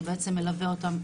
שבעצם מלווה אותם,